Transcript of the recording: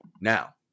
Now